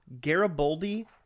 Garibaldi